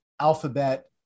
Alphabet